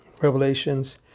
Revelations